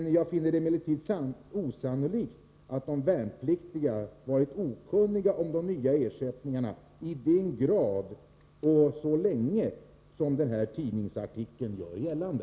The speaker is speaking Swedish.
Jag finner det emellertid osannolikt att de värnpliktiga har varit okunniga om de nya ersättningarna i den grad och så länge som tidningsartikeln gör gällande.